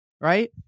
right